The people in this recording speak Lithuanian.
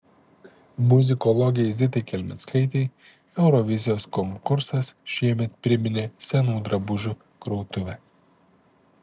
muzikologei zitai kelmickaitei eurovizijos konkursas šiemet priminė senų drabužių krautuvę